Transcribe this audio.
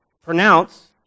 pronounce